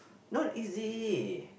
not easy